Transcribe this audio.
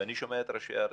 ואני שומע את ראשי ערים,